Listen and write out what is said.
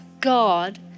God